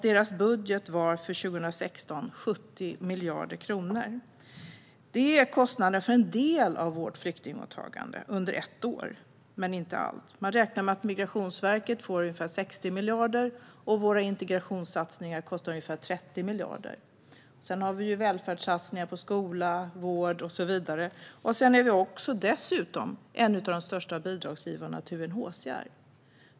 Dess budget för 2016 var 70 miljarder kronor. Det är kostnaden för en del av vårt flyktingmottagande under ett år, men inte allt. Man räknar med att Migrationsverket får ungefär 60 miljarder, och våra integrationssatsningar kostar ungefär 30 miljarder. Sedan har vi välfärdssatsningar på skola och vård och så vidare, och vi är dessutom en av de största bidragsgivarna till UNHCR.